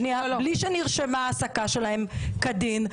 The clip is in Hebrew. בלי שנרשמה העסקה שלהם כדין.